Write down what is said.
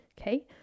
Okay